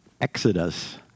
Exodus